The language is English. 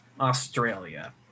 Australia